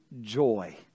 joy